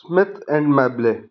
Sumit and ਮੈਬਲੇ